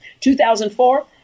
2004